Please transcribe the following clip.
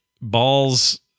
balls